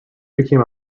became